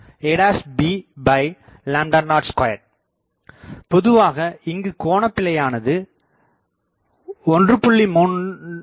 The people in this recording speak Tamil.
3 a b02 பொதுவாக இங்குக் கோணபிழையானது 1